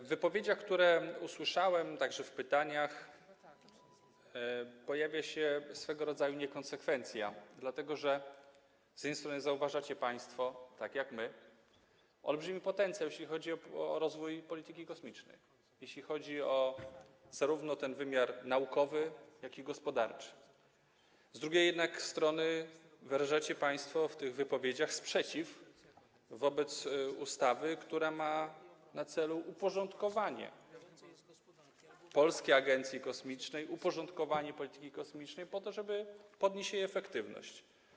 W wypowiedziach, które usłyszałem, także w pytaniach, pojawia się swego rodzaju niekonsekwencja, dlatego że z jednej strony zauważacie państwo, tak jak my, olbrzymi potencjał, jeśli chodzi o rozwój polityki kosmicznej, zarówno w wymiarze naukowym, jak i gospodarczym, a z drugiej strony wyrażacie państwo w tych wypowiedziach sprzeciw wobec ustawy, która ma na celu uporządkowanie Polskiej Agencji Kosmicznej, uporządkowanie polityki kosmicznej, żeby podnieść jej efektywność.